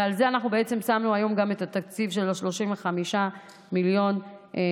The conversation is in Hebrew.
ועל זה אנחנו שמנו היום גם את התקציב של 35 מיליון שקלים.